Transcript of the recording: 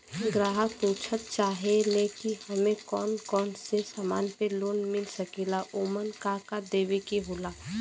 ग्राहक पुछत चाहे ले की हमे कौन कोन से समान पे लोन मील सकेला ओमन का का देवे के होला?